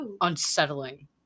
unsettling